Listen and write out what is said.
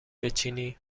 بچینی